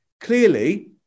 Clearly